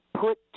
put